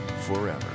forever